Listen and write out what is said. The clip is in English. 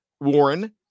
Warren